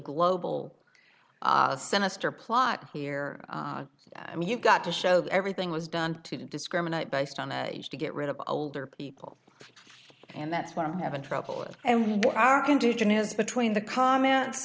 global sinister plot here i mean you've got to show that everything was done to discriminate based on the age to get rid of older people and that's where i'm having trouble and our condition is between the comments